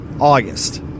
August